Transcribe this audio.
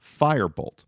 Firebolt